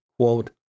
quote